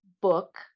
book